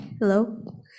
hello